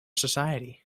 society